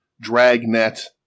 Dragnet